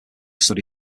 study